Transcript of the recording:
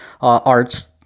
arts